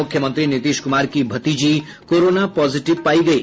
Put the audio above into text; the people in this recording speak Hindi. मुख्यमंत्री नीतीश कुमार की भतीजी कोरोना पॉजिटिव पायी गयी